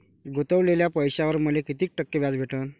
गुतवलेल्या पैशावर मले कितीक टक्के व्याज भेटन?